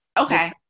Okay